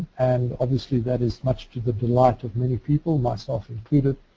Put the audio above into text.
and obviously that is much to the delight of many people, myself included.